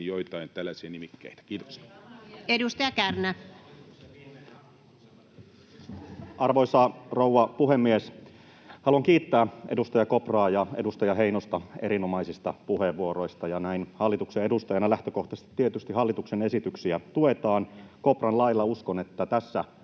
liittyviksi laeiksi Time: 14:23 Content: Arvoisa rouva puhemies! Haluan kiittää edustaja Kopraa ja edustaja Heinosta erinomaisista puheenvuoroista. Näin hallituksen edustajana lähtökohtaisesti tietysti hallituksen esityksiä tuetaan. Kopran lailla uskon, että tässä